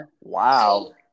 Wow